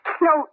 No